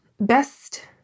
best